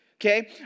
okay